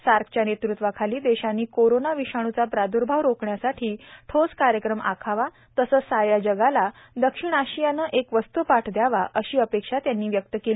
सार्कच्या नेतृत्वाखाली देशांनी कोरोना विषाणूचा प्राद्र्भाव रोखण्यासाठी ठोस कार्यक्रम आखावा तसंच साऱ्या जगाला दक्षिण आशियाने एक वस्त्पाठ द्यावा अशी अपेक्षा त्यांनी व्यक्त केली